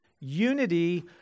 Unity